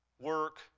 work